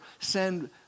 send